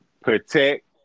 Protect